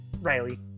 Riley